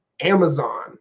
Amazon